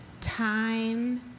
time